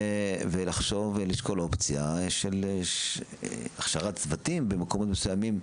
ולחשוב לשקול אופציה של הכשרת צוותים במקומות מסוימים.